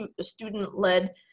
student-led